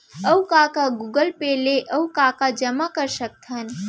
अऊ का का गूगल पे ले अऊ का का जामा कर सकथन?